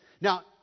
Now